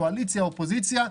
קואליציה ואופוזיציה,